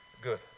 Good